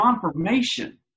confirmation